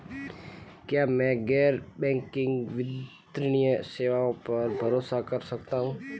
क्या मैं गैर बैंकिंग वित्तीय सेवाओं पर भरोसा कर सकता हूं?